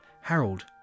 Harold